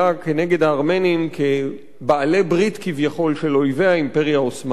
כנגד הארמנים כבעלי ברית כביכול של אויבי האימפריה העות'מאנית.